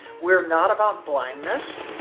we're not about blindness,